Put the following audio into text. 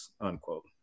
unquote